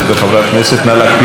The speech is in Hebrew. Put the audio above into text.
נא להקפיד על לוח הזמנים.